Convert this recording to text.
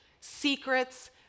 secrets